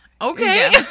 Okay